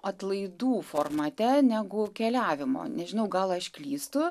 atlaidų formate negu keliavimo nežinau gal aš klystu